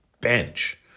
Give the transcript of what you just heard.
bench